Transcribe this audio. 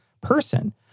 person